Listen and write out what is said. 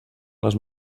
les